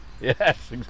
Yes